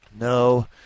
No